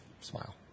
Smile